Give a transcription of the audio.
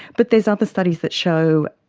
but there's other studies that show,